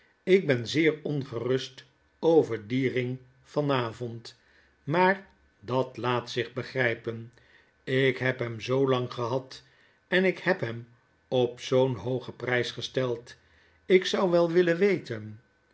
ik ben zeer ongerust over dien ring van avond maar dat laat zich begrypen ik heb hem zoolang gehad en ik heb hem op zoo hoogen prys gesteld ik zou wel willen weten